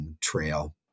trail